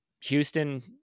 Houston